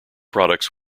products